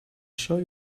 show